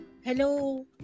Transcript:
Hello